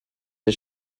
for